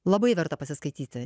labai verta pasiskaityti